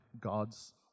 God's